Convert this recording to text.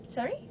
sorry